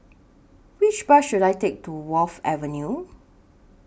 Which Bus should I Take to Wharf Avenue